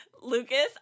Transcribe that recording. Lucas